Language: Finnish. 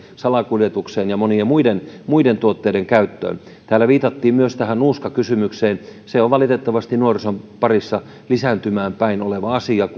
salakuljetukseen ja monien muiden muiden tuotteiden käyttöön täällä viitattiin myös tähän nuuskakysymykseen se on valitettavasti nuorison parissa trendinomaisesti lisääntymään päin oleva asia